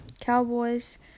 Cowboys